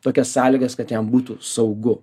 tokias sąlygas kad jam būtų saugu